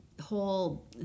whole